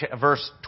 verse